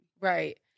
Right